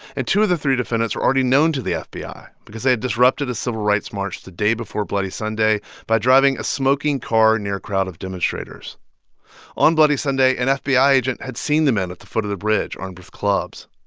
and two of the three defendants were already known to the fbi because they had disrupted a civil rights march the day before bloody sunday by driving a smoking car near a crowd of demonstrators on bloody sunday, an fbi agent had seen the men at the foot of the bridge armed with clubs.